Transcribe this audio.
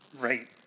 Right